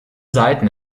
seiten